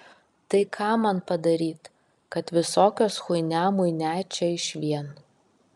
tai ką man padaryt kad visokios chuinia muinia čia išvien